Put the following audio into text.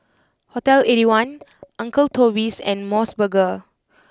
Hotel eighty one Uncle Toby's and Mos Burger